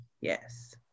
Yes